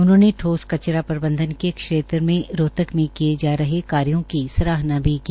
उन्होंने ठोस कचरा प्रबंधन के क्षेत्र में रोहतक मे किए जा रहे कायो की सराहना भी की